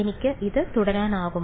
എനിക്ക് ഇത് തുടരാനാകുമോ